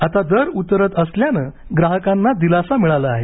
आता दर उतरत असल्यानं ग्राहकांना दिलासा मिळला आहे